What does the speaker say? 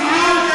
על מה בדיוק?